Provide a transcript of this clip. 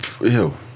ew